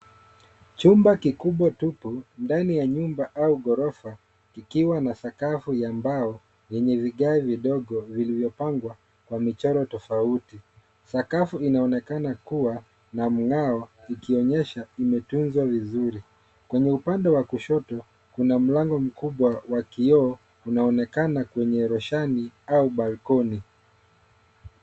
Chumba kikubwa tupu. Ndani ya nyumba au ghorofa, kikiwa na sakafu ya mbao, yenye vigae vidogo vilivyopangwa kwa michoro tofauti. Sakafu inaonekana kuwa na mng'ao ikionyesha imetunzwa vizuri. Kwenye upande wa kushoto kuna mlango mkubwa wa kioo unaonekana kwenye roshani au balcony .